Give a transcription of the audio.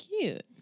cute